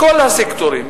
מכל הסקטורים,